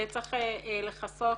וצריך לכסות